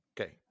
okay